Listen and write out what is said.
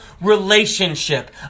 relationship